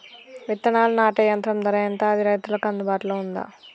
విత్తనాలు నాటే యంత్రం ధర ఎంత అది రైతులకు అందుబాటులో ఉందా?